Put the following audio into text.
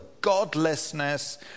godlessness